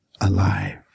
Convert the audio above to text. alive